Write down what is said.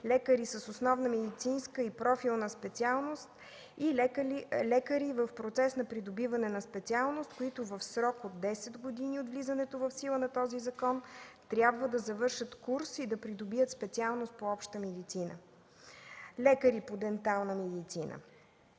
лекари с основна медицинска и профилна специалност и лекари в процес на придобиване на специалност, които в срок от десет години от влизането в сила на този закон трябва да завършат курс и да придобият специалност по обща медицина, лекари по дентална медицина.